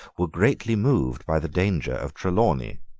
were greatly moved by the danger of trelawney,